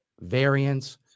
variants